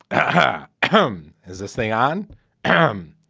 and come as this thing on m